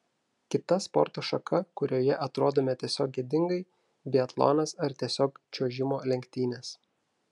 kita sporto šaka kurioje atrodome tiesiog gėdingai biatlonas ar tiesiog čiuožimo lenktynės